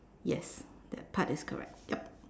yes that part is correct yup